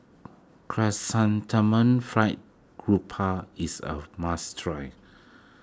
Chrysanthemum Fried Grouper is a must try